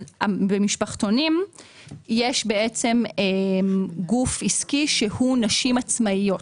במשפחתונים יש בעצם גוף עסקי שהוא נשים עצמאיות.